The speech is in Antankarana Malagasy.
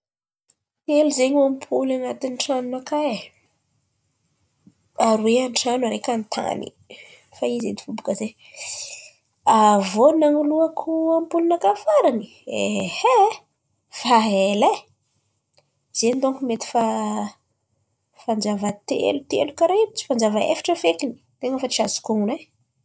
Telo zen̈y ampoly an̈atin'ny trano-nakà e, aroe an-trano araiky an-tany, efa izy edy fo bôkà zay. Avy iô nanoloako ampoly-nakà farany, efa ela e, zen̈y dônko mety fa fanjava telo kàra in̈y tsy fanjava efatra fekiny, ten̈a efa tsy azoko hon̈ono e.